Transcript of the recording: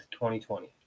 2020